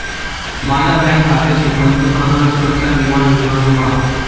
माझ्या बँक खात्याशी पंतप्रधान सुरक्षा विमा योजना जोडा